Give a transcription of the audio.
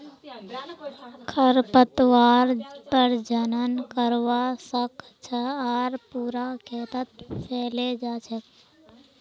खरपतवार प्रजनन करवा स ख छ आर पूरा खेतत फैले जा छेक